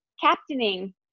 captaining